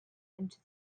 into